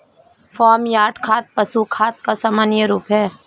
farm yard खाद पशु खाद का सामान्य रूप है